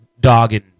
dogging